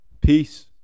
Peace